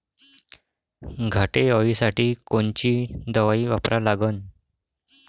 घाटे अळी साठी कोनची दवाई वापरा लागन?